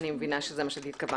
אני מבינה שלזה התכוונת.